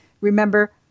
Remember